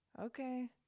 Okay